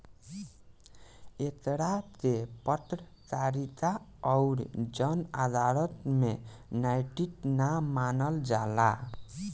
एकरा के पत्रकारिता अउर जन अदालत में नैतिक ना मानल जाला